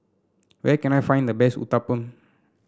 where can I find the best Uthapum